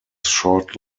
short